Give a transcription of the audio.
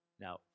Now